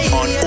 on